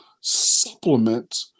supplement